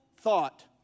thought